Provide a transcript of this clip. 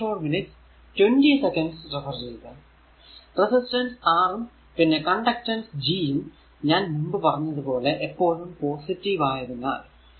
resistance R ഉം പിന്നെ conductance G യും ഞാൻ മുമ്പ് പറഞ്ഞത് പോലെ എപ്പോഴും പോസിറ്റീവ് ആയതിനാൽ